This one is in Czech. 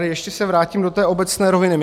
Ještě se vrátím do té obecné roviny.